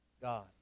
God